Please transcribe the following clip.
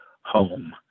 home